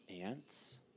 ants